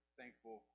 thankful